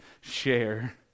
share